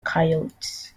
coyotes